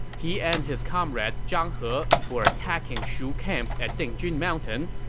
he and his comrade zhang he were attacking shu camps at dingjun mountain.